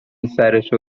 سرشو